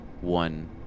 One